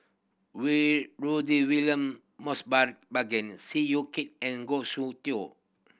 Rudy William Mosbergen Seow Yit Kin and Goh Soon Tioe